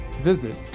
visit